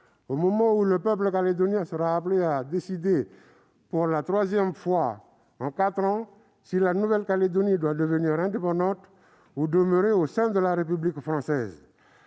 au moment où le peuple calédonien sera appelé à décider, pour la troisième fois en quatre ans, si la Nouvelle-Calédonie doit devenir indépendante ou si elle doit demeurer au sein de la République française.